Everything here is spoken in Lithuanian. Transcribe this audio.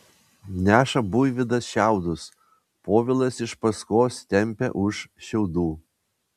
neša buivydas šiaudus povilas iš paskos tempia už šiaudų